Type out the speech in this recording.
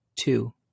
two